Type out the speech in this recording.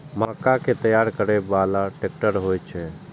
मक्का कै तैयार करै बाला ट्रेक्टर होय छै?